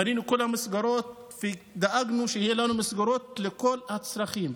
בנינו את כל המסגרות ;דאגנו שיהיו לנו המסגרות לכל הצרכים,